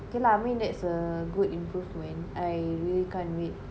okay lah I mean that's a good improvement I really can't wait